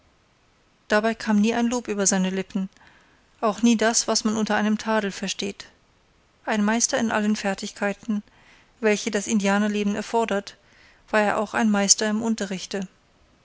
dabei kam nie ein lob über seine lippen auch nie das was man unter einem tadel versteht ein meister in allen fertigkeiten welche das indianerleben erfordert war er auch ein meister im unterrichte